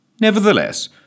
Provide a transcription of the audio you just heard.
Nevertheless